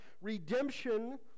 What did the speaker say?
redemption